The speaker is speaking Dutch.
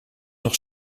nog